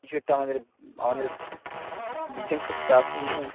কিছু একটা আমাদের আমাদের বি বিজ্ঞান সপ্তাহ আসন্ন